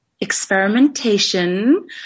experimentation